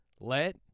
Let